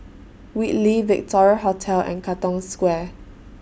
Whitley Victoria Hotel and Katong Square